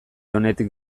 onetik